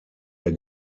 der